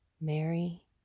Mary